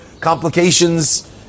complications